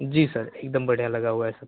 जी sir एक दम बढ़िया लगा हुआ है सब